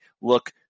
look